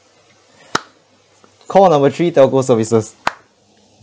call number three telco services